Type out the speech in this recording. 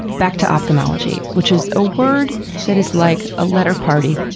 back to ophthalmology, which is a word that is like a letter party,